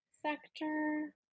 sector